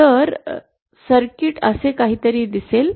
तर सर्किट असे काहीतरी दिसेल